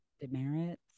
demerits